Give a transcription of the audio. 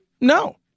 No